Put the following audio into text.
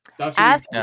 ask